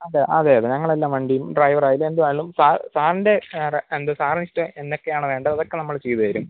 അതെ അതെയതെ ഞങ്ങളെല്ലാം വണ്ടിയും ഡ്രൈവറായാലും എന്തുവാണേലും സാ സാറിൻ്റെ എന്ത് സാറിനിഷ്ട്ടം എന്തൊക്കെയാണ് വേണ്ടത് അതൊക്കെ നമ്മള് ചെയ്ത് തരും